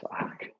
fuck